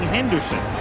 Henderson